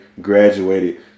graduated